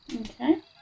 Okay